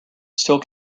still